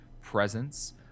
presence